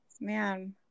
Man